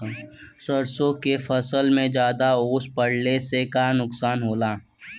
सरसों के फसल मे ज्यादा ओस पड़ले से का नुकसान होला?